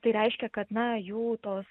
tai reiškia kad na jų tos